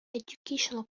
educational